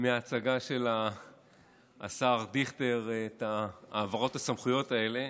מההצגה של השר דיכטר את העברות הסמכויות האלה.